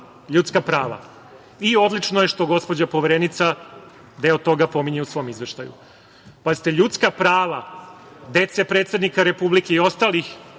ljudska prava i odlično je što gospođa Poverenica deo toga pominje u svom izveštaju. Pazite, ljudska prava dece predsednika Republike i ostalih